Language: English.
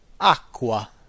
acqua